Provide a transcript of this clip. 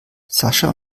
sascha